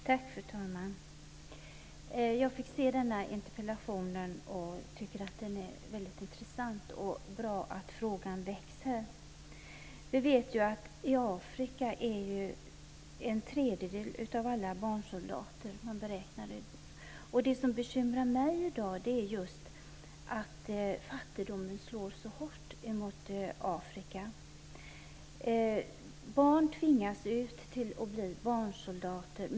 Fru talman! Jag fick se denna interpellation och tyckte att det var väldigt intressant och bra att frågan väcks här. Vi vet att man beräknar att en tredjedel av alla soldater i Afrika är barnsoldater. Det som bekymrar mig i dag är just att fattigdomen slår så hårt mot Afrika. Barn tvingas ut att bli barnsoldater.